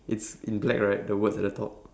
it's in black right the words at the top